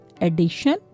addition